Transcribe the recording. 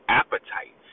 appetite